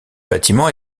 bâtiment